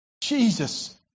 Jesus